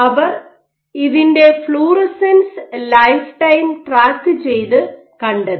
അവർ ഇതിന്റെ fluorescence life time track ചെയ്ത് കണ്ടെത്തി